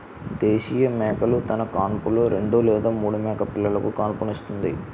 దేశీయ మేకలు తన కాన్పులో రెండు లేదా మూడు మేకపిల్లలుకు కాన్పుస్తుంది